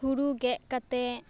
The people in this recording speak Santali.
ᱦᱩᱲᱩ ᱜᱮᱫᱽ ᱠᱟᱛᱮᱫ